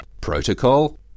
protocol